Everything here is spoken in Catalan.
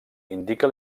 indica